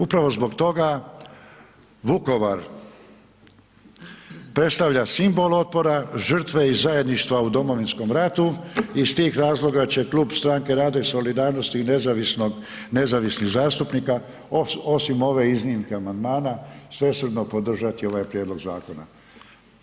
Upravo zbog toga Vukovar predstavlja simbol otpora, žrtve i zajedništva u Domovinskom ratu i iz tih razloga će Klub Stranke rada i solidarnosti i Nezavisnih zastupnika osim ove iznimke amandmana svesrdno podržati ovaj prijedlog zakona.